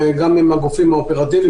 גם עם הגופים האופרטיביים,